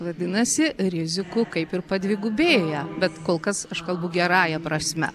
vadinasi rizikų kaip ir padvigubėja bet kol kas aš kalbu gerąja prasme